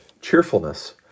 cheerfulness